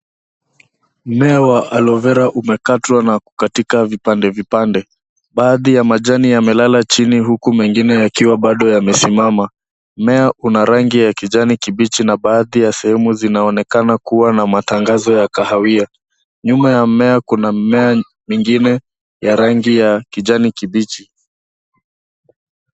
Mmea wa Aloe Vera umekatwa na katika vipande vipande, baadhi ya majani yamelala chini huku mengine yakiwa bado yamesimama. Mmea una rangi ya kijani kibichi na baadhi ya sehemu zinaonekana kuwa na matangazo ya kahawia. Nyuma ya mmea kuna mmea mingine ya rangi ya kijani kibichi.